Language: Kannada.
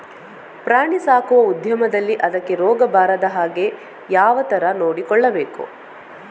ಪ್ರಾಣಿ ಸಾಕುವ ಉದ್ಯಮದಲ್ಲಿ ಅದಕ್ಕೆ ರೋಗ ಬಾರದ ಹಾಗೆ ಹೇಗೆ ಯಾವ ತರ ನೋಡಿಕೊಳ್ಳಬೇಕು?